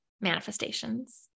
manifestations